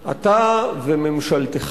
אתה חדש בכנסת.